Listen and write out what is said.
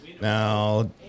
Now